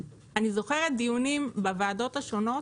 אני זוכרת דיונים בוועדות השונות